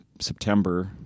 September